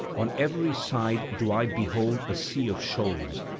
on every side do i behold a sea of shoals,